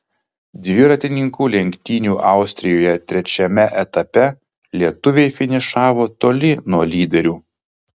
dviratininkų lenktynių austrijoje trečiame etape lietuviai finišavo toli nuo lyderių